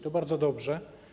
To bardzo dobrze.